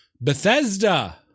Bethesda